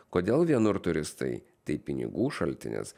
kodėl vienur turistai tai pinigų šaltinis